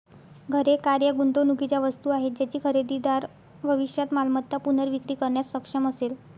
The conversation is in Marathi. घरे, कार या गुंतवणुकीच्या वस्तू आहेत ज्याची खरेदीदार भविष्यात मालमत्ता पुनर्विक्री करण्यास सक्षम असेल